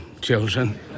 children